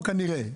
או כנראה?